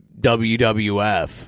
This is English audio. wwf